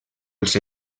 els